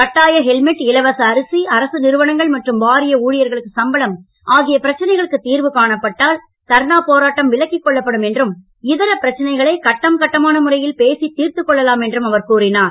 கட்டாய ஹெல்மெட் இலவச அரிசி அரசு நிறுவனங்கள் மற்றும் வாரிய ஊழியர்களுக்கு சம்பளம் ஆகிய பிரச்சனைகளுக்குத் தீர்வு காணப்பட்டால் தர்ணா போராட்டம் விலக்கிக் கொள்ளப்படும் என்றும் இதர பிரச்சனைகளை கட்டம் கட்டமான முறையில் பேசித் தீர்த்துக் கொள்ளலாம் என்றும் அவர் கூறினார்